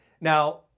Now